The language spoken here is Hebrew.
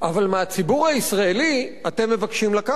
אבל מהציבור הישראלי אתם מבקשים לקחת.